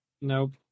Nope